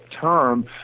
term